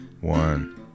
One